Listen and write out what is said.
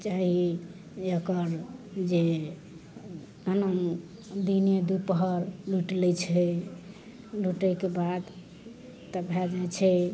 चाही एकर जे दिने दुपहर लूटि लै छै लूटयके बाद तब भए जाइ छै